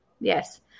Yes